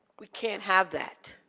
we can't have that.